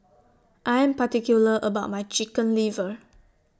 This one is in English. I Am particular about My Chicken Liver